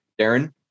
Darren